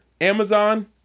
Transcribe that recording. Amazon